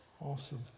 Awesome